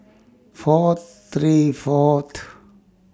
four three Fort